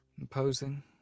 imposing